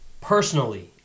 personally